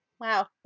Wow